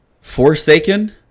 Forsaken